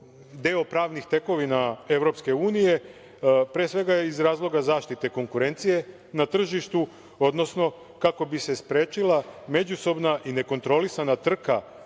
deo pravnih tekovina EU, pre svega iz razloga zaštite konkurencije na tržištu, odnosno kako bi se sprečila međusobna i nekontrolisana trka